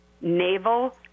Naval